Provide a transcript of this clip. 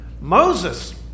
moses